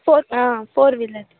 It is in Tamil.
four uh four wheeler